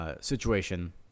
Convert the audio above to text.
situation